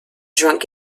drunk